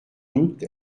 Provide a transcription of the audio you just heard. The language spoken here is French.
doute